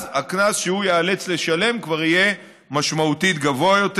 אז הקנס שהוא ייאלץ לשלם כבר יהיה משמעותית גבוה יותר,